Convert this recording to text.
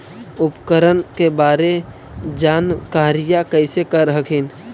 उपकरण के बारे जानकारीया कैसे कर हखिन?